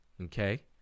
okay